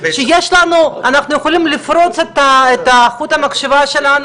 אנחנו יכולים לפרוץ את חוט המחשבה שלנו